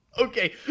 Okay